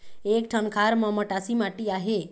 एक ठन खार म मटासी माटी आहे?